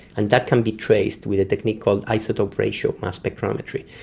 and that can be traced with a technique called isotope ratio mass spectrometry.